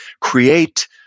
create